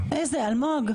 התקבל.